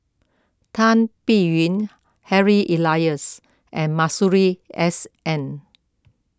Tan Biyun Harry Elias and Masuri S N